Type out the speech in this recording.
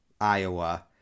iowa